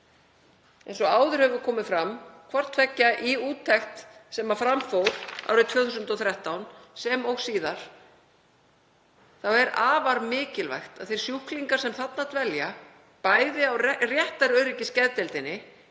Eins og áður hefur komið fram, hvort tveggja í úttekt sem fram fór árið 2013 sem og síðar, þá er afar mikilvægt að þeir sjúklingar sem þarna dvelja, bæði á réttaröryggisgeðdeildinni